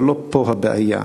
אבל לא פה הבעיה.